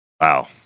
Wow